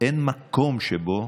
אין מקום שבו,